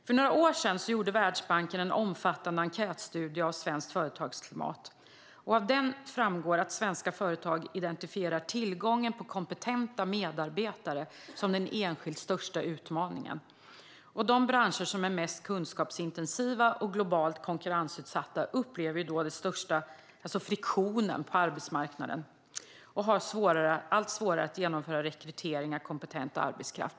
För några år sedan gjorde Världsbanken en omfattande enkätstudie av svenskt företagsklimat. Av den framgår att svenska företag identifierar tillgången på kompetenta medarbetare som den enskilt största utmaningen. De branscher som är mest kunskapsintensiva och globalt konkurrensutsatta upplever den största friktionen på arbetsmarknaden och har allt svårare att genomföra rekrytering av kompetent arbetskraft.